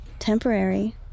Temporary